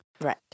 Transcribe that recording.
Right